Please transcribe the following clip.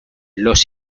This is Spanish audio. los